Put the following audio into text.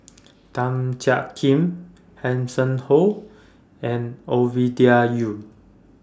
Tan Jiak Kim Hanson Ho and Ovidia Yu